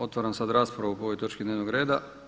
Otvaram sad raspravu po ovoj točki dnevnog reda.